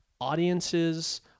audiences